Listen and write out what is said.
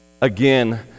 Again